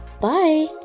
Bye